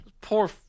Poor